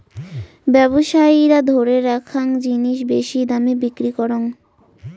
ব্যবসায়ীরা ধরে রাখ্যাং জিনিস বেশি দামে বিক্রি করং